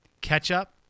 ketchup